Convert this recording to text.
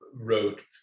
wrote